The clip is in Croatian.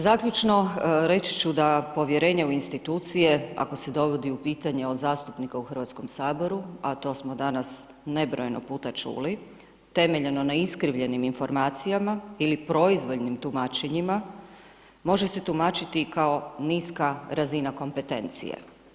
Zaključno, reći ću da povjerenje u institucije ako se dovodi u pitanje od zastupnika u Hrvatskom saboru, a to smo danas nebrojeno puta čuli, temeljeno na iskrivljenim informacijama ili proizvoljnim tumačenjima može se tumačiti kao niska razina kompetencije.